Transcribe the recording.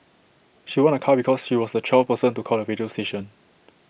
she won A car because she was the twelfth person to call the radio station